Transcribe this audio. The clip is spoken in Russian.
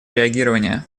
реагирования